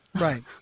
right